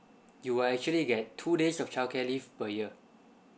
you'll actually get two days of childcare leave per year